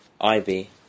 Ivy